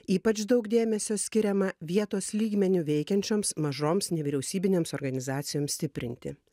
ypač daug dėmesio skiriama vietos lygmeniu veikiančioms mažoms nevyriausybinėms organizacijoms stiprinti